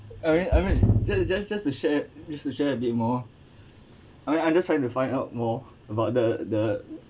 I mean I mean just just just to share just to share a bit more I I'm just trying to find out more about the the